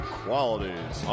qualities